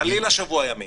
חלילה שבוע ימים.